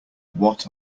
what